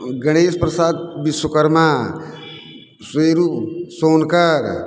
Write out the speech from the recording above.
Ganesh Prasad Vishwakarma Sheru Sonkar